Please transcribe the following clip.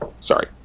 sorry